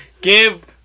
give